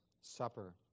Supper